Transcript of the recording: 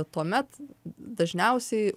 tuomet dažniausiai